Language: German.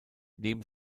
neben